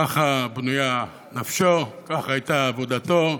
ככה בנויה נפשו, ככה הייתה עבודתו,